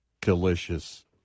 Delicious